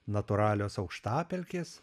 natūralios aukštapelkės